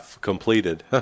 completed